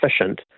efficient